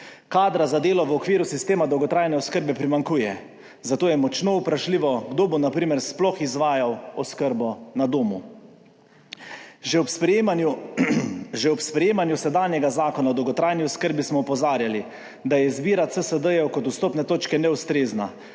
Kadra za delo v okviru sistema dolgotrajne oskrbe primanjkuje, zato je močno vprašljivo kdo bo na primer sploh izvajal oskrbo na domu. Že ob sprejemanju, že ob sprejemanju sedanjega zakona o dolgotrajni oskrbi smo opozarjali, da je izbira CSD-jev kot vstopne točke neustrezna.